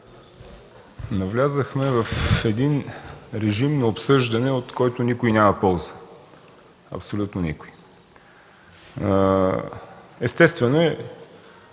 Навлязохме в един режим на обсъждане, от който никой няма полза, абсолютно никой. Естествено е,